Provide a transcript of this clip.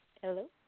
Hello